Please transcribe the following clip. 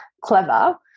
clever